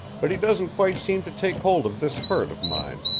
but he doesn't quite seem to take hold of this hurt of mine.